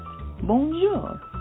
Bonjour